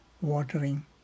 watering